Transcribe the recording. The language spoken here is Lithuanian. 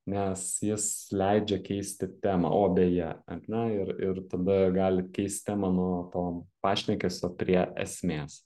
nes jis leidžia keisti temą o beje ar ne ir ir tada galit keist temą nuo to pašnekesio prie esmės